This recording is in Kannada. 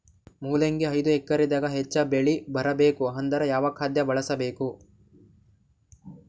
ಮೊಲಂಗಿ ಐದು ಎಕರೆ ದಾಗ ಹೆಚ್ಚ ಬೆಳಿ ಬರಬೇಕು ಅಂದರ ಯಾವ ಖಾದ್ಯ ಬಳಸಬೇಕು?